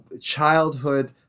childhood